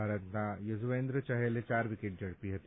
ભારતના યઝુવેન્દ્ર ચહલે ચાર વિકેટ ઝડપી હતી